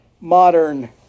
modern